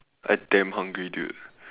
I damn hungry dude